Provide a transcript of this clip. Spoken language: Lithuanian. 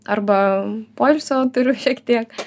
arba poilsio turiu šiek tiek